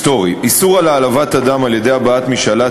איסור העלבת אדם על-ידי הבעת משאלה,